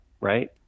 Right